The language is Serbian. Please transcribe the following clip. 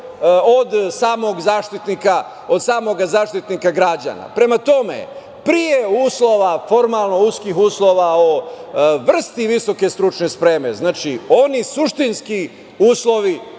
od samog Zaštitnika građana. Prema tome, pre uslova, formalno uskih uslova o vrsti visoke stručne spreme, znači oni suštinski uslovi